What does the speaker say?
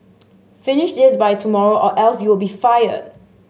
finish this by tomorrow or else you will be fired